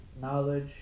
knowledge